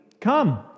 come